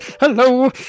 Hello